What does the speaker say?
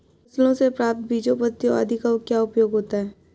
फसलों से प्राप्त बीजों पत्तियों आदि का क्या उपयोग होता है?